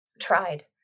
tried